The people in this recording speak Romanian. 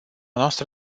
noastră